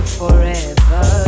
forever